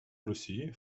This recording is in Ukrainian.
росії